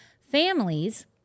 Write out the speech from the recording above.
families